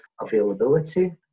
availability